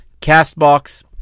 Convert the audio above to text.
CastBox